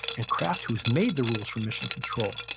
and kraft, who's made the rules for mission control,